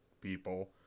people